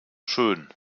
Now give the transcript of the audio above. schön